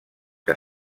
que